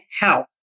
health